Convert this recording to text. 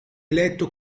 eletto